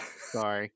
Sorry